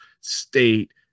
state